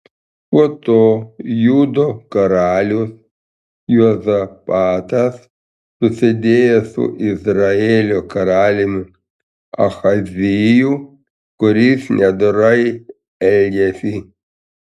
po to judo karalius juozapatas susidėjo su izraelio karaliumi ahaziju kuris nedorai elgėsi